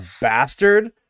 bastard